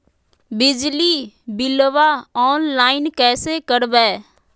बिजली बिलाबा ऑनलाइन कैसे करबै?